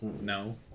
No